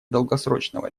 долгосрочного